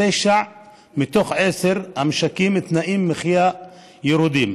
בתשעה מתוך עשרה משקים תנאי מחייה ירודים,